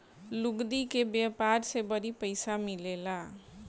लुगदी के व्यापार से बड़ी पइसा मिलेला